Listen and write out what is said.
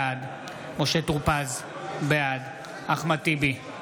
בעד משה טור פז, בעד אחמד טיבי,